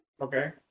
Okay